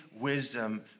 wisdom